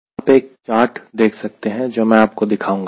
आप एक चार्ट देख सकते हैं जो मैं आपको दिखाऊंगा